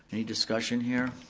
any discussion here?